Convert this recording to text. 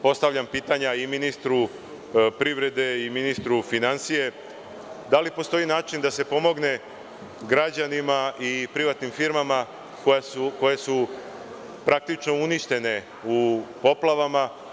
Postavljam pitanja i ministru privrede i ministru finansija – da li postoji način da se pomogne građanima i privatnim firmama koje su praktično uništene u poplavama?